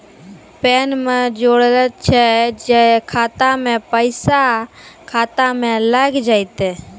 Pan ने जोड़लऽ छै खाता मे पैसा खाता मे लग जयतै?